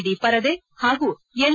D ಪರದೆ ಹಾಗೂ N